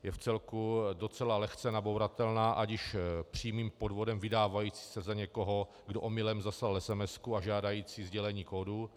Je vcelku docela lehce nabouratelná, ať již přímým podvodem vydávající se za někoho, kdo omylem zaslal esemesku, a žádající sdělení kódu.